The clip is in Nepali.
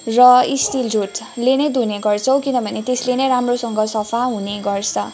र स्टिल झुटले नै धुने गर्छौँ किनभने त्यसले नै राम्रोसँग सफा हुने गर्छ